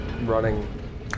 running